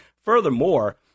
furthermore